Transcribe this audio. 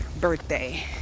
birthday